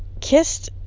kissed